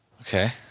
Okay